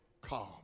calm